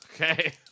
Okay